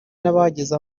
n’abageze